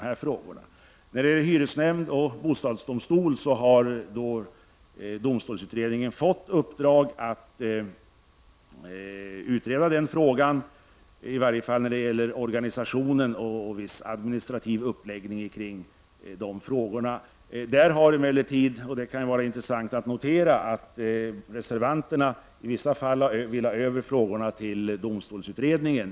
Beträffande hyresnämnd och bostadsdomstol har domstolsutredningen fått i uppdrag att utreda frågan, i varje fall när det gäller organisationen och viss administrativ uppläggning. Här kan det emellertid vara intressant att notera att reservanterna i vissa fall vill föra över frågorna till domstolsutredningen.